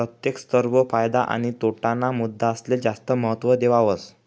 प्रत्येक स्तर वर फायदा आणि तोटा ना मुद्दासले जास्त महत्व देवावस